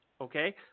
Okay